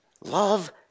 Love